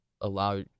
allow